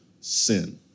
sin